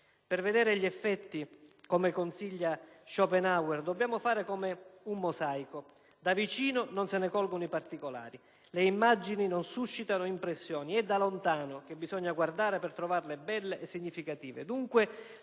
Per vedere gli effetti, come consiglia Schopenhauer, dobbiamo fare come con un mosaico: "Da vicino non se ne colgono i particolari, le immagini non suscitano impressione, è da lontano che bisogna guardare per trovarle belle e significative".